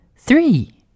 Three